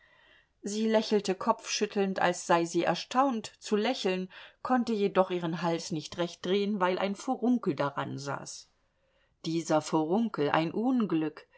sie lächelte kopfschüttelnd als sei sie erstaunt zu lächeln konnte jedoch ihren hals nicht recht drehen weil ein furunkel dransaß dieser furunkel ein unglück